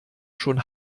schon